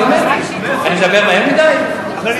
אני מדבר מהר מדי?